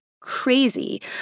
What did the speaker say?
crazy